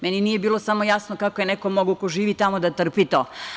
Meni nije bilo samo jasno kako je neko mogao ko živi tamo da trpi to?